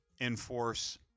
enforce